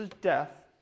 death